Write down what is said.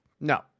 No